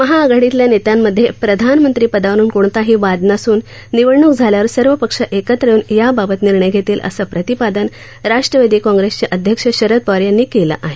महाआघाडीतल्या नेत्यांमध्ये प्रधानमंत्रिपदावरून कोणताही वाद नसुन निवडणुक झाल्यावर सर्व पक्ष एकत्र येऊन याबाबत निर्णय घेतील असं प्रतिपादन राष्ट्रवादी काँप्रेसचे अध्यक्ष शरद पवार यांनी केलं आहे